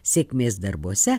sėkmės darbuose